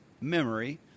memory